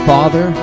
Father